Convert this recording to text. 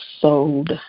sold